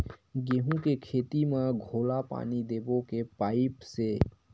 गेहूं के खेती म घोला पानी देबो के पाइप से?